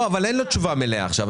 לא, אבל אין לו תשובה מלאה עכשיו.